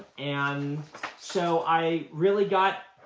and so i really got